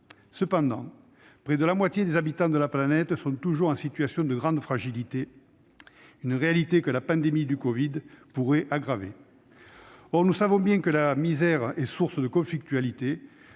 Cependant, près de la moitié des habitants de la planète sont toujours en situation de grande fragilité, une réalité que la pandémie de covid pourrait aggraver. Or nous savons bien que la misère est source de conflictualité